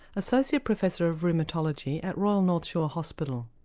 associate professor of rheumatology at royal north shore hospital.